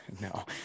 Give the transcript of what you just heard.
No